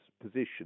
position